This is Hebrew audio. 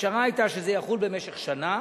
הפשרה היתה שזה יחול במשך שנה,